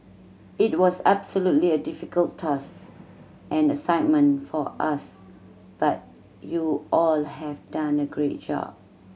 it was absolutely a difficult task and assignment for us but you all have done a great job